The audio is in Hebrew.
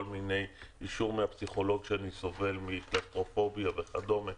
אישור מהפסיכולוג שאני סובל מקלסטרופוביה וכדומה,